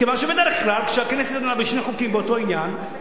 כיוון שבדרך כלל כשהכנסת דנה בשני חוקים באותו עניין,